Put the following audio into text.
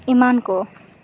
ᱮᱢᱟᱱ ᱠᱚ